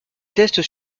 tests